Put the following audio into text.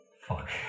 Fuck